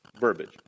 verbiage